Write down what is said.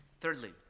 Thirdly